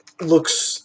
looks